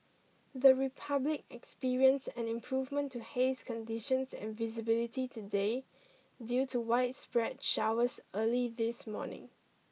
the Republic experienced an improvement to haze conditions and visibility today due to widespread showers early in this morning